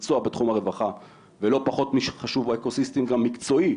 אנשי מקצוע בתחום הרווחה ולא פחות חשוב אקוסיסטם גם מקצועי,